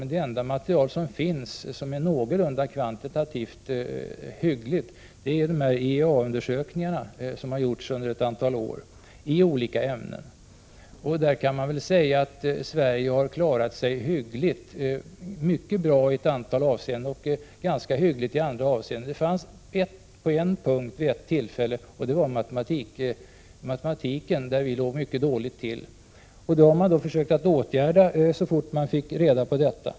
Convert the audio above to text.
Det enda material som är någorlunda kvantitativt hyggligt är IEA-undersökningarna som gjorts i olika ämnen under ett antal år. Man kan säga att Sverige har klarat sig bra — mycket bra i ett antal avseenden och ganska hyggligt i andra avseenden. När det gäller matematiken låg vi dock mycket dåligt till. Det försökte man åtgärda så fort man fick reda på det.